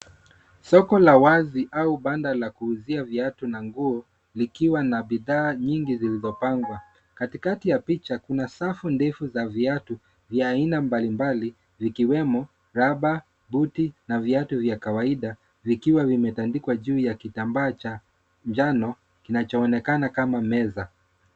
Soko la wazi au banda la kuuzia viatu na nguo, likiwa na bidhaa nyingi zilizopangwa. Katikati ya picha kuna safu ndefu za viatu vya aina mbalimbali, zikiwemo raba, buti ,na viatu vya kawaida. Vikiwa vimetandikwa juu ya kitambaa cha njano, kinachoonekana kama meza.